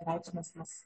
reikšmes mes